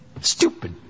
stupid